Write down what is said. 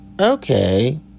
Okay